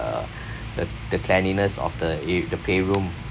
uh the the cleanliness of the a~ the playroom